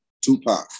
Tupac